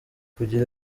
kugira